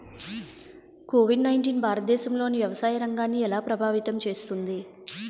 Covid nineteen భారతదేశంలోని వ్యవసాయ రంగాన్ని ఎలా ప్రభావితం చేస్తుంది?